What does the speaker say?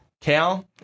Cal